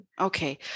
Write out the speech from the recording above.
Okay